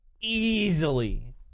easily